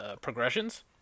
progressions